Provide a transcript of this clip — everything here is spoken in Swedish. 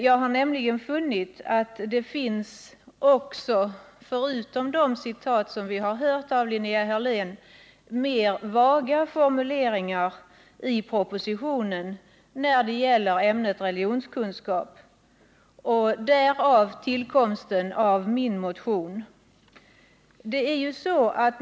Jag har nämligen funnit att propositionen inte bara innehåller formuleringar av den typ Linnea Hörlén redovisade utan också mera vaga sådana när det gäller ämnet religionskunskap. Det är anledningen till att jag väckt min motion.